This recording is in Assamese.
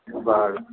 বাৰু